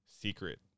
secret